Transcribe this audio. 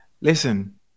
Listen